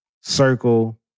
circle